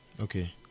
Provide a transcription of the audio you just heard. Okay